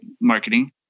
marketing